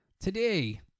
today